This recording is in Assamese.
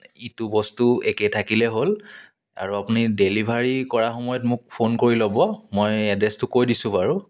ইটো বস্তু একেই থাকিলেই হ'ল আৰু আপুনি ডেলিভাৰী কৰাৰ সময়ত মোক ফোন কৰি ল'ব মই এড্ৰেছটো কৈ দিছোঁ বাৰু